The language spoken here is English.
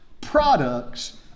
products